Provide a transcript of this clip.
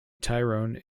tyrone